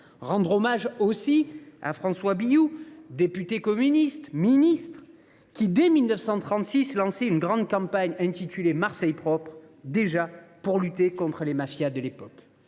rendre hommage aussi à François Billoux, député communiste de Marseille, ministre, qui, dès 1936, lançait une grande campagne intitulée « Marseille propre », pour lutter contre les mafias de l’époque.